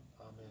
Amen